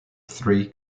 three